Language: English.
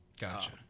Gotcha